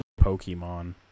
Pokemon